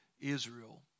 Israel